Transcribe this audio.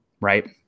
right